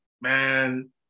man